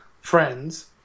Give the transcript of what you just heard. friends